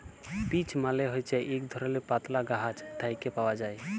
peach মালে হছে ইক ধরলের পাতলা গাহাচ থ্যাকে পাউয়া যায়